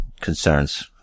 concerns